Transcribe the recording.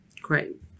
Great